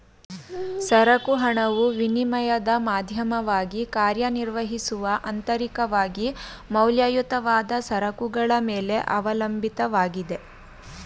ಸರಕು ಹಣವು ವಿನಿಮಯದ ಮಾಧ್ಯಮವಾಗಿ ಕಾರ್ಯನಿರ್ವಹಿಸುವ ಅಂತರಿಕವಾಗಿ ಮೌಲ್ಯಯುತವಾದ ಸರಕುಗಳ ಮೇಲೆ ಅವಲಂಬಿತವಾಗಿದೆ